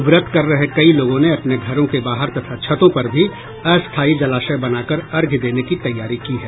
व्रत कर रहे कई लोगों ने अपने घरों के बाहर तथा छतों पर भी अस्थायी जलाशय बनाकर अर्घ्य देने की तैयारी की है